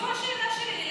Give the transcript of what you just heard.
זו השאלה שלי אליך.